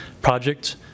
project